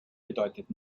bedeutet